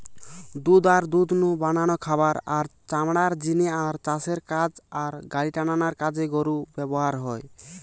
দুধ আর দুধ নু বানানো খাবার, আর চামড়ার জিনে আর চাষের কাজ আর গাড়িটানার কাজে গরু ব্যাভার হয়